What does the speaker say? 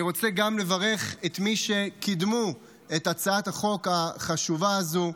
אני רוצה גם לברך את מי שקידמו את הצעת החוק החשובה הזו,